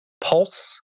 pulse